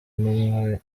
numwe